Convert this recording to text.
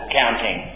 counting